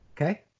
Okay